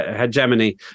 hegemony